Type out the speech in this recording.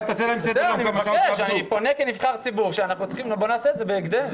אני פונה כנבחר ציבור ואומר: בואו נעשה את זה בהקדם.